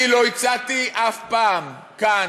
אני לא הצעתי אף פעם כאן,